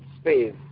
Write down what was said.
space